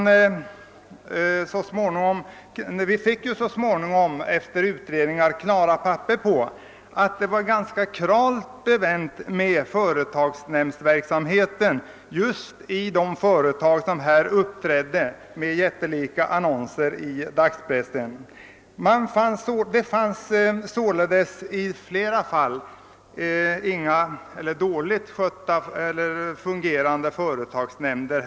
Så småningom fick vi dock efter utredningar klara papper på att det var ganska skralt bevänt med företagsnämndsverksamheten i just de företag som då uppträdde i dagspressen med jättelika annonser. Vi konstaterade sålunda att man i flera företag hade dåligt fungerande företagsnämnder.